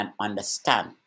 understand